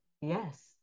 Yes